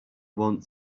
want